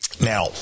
Now